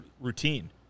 routine